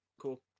cool